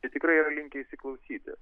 tai tikrai yra linkę įsiklausyti